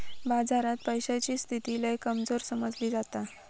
बाजारात पैशाची स्थिती लय कमजोर समजली जाता